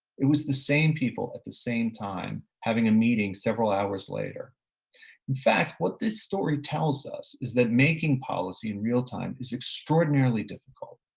it was the same people at the same time having a meeting several hours later. in fact, what this story tells us is that making policy in real time is extraordinarily difficult,